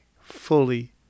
fully